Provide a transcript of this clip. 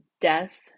death